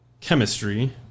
chemistry